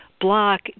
block